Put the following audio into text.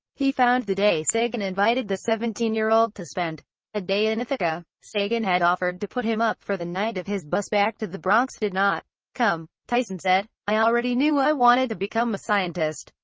he found the day sagan invited the seventeen year old to spend a day ah in ithaca. sagan had offered to put him up for the night if his bus back to the bronx did not come. tyson said, i already knew i wanted to become a scientist.